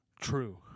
True